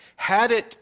Hadit